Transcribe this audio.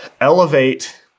elevate